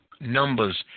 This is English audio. numbers